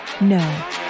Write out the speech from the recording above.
No